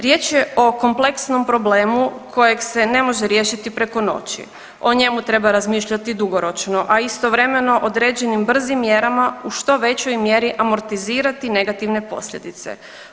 Riječ je o kompleksnom problemu kojeg se ne može riješiti preko noći, o njemu treba razmišljati dugoročno, a istovremeno određenim brzim mjerama u što većoj mjeri amortizirati negativne posljedice.